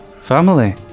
Family